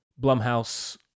Blumhouse